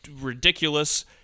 ridiculous